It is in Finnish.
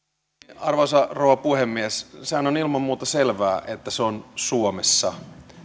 arvoisa rouva puhemies sehän on ilman muuta selvää että se on suomessa